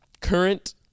current